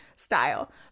style